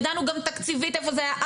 ידענו גם תקציבית איפה זה היה.